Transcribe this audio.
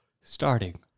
Starting